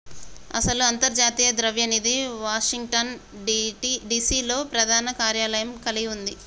అసలు అంతర్జాతీయ ద్రవ్య నిధి వాషింగ్టన్ డిసి లో ప్రధాన కార్యాలయం కలిగి ఉంది